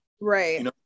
Right